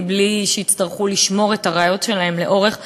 בלי שיצטרך לשמור את הראיות שלו לאורך שנים,